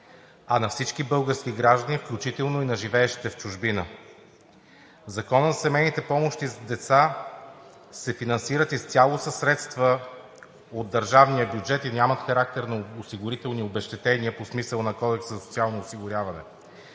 а на всички български граждани, включително и на живеещите в чужбина. Законът за семейните помощи за деца – финансират се изцяло със средства от държавния бюджет, и нямат характер на осигурителни обезщетения по смисъла на Кодекса за социално осигуряване.